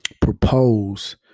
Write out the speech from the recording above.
propose